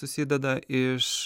susideda iš